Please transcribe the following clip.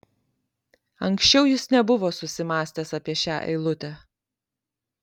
anksčiau jis nebuvo susimąstęs apie šią eilutę